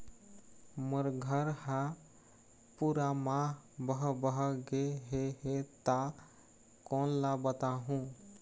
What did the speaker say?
मोर घर हा पूरा मा बह बह गे हे हे ता कोन ला बताहुं?